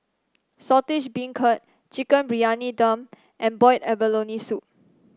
Saltish Beancurd Chicken Briyani Dum and Boiled Abalone Soup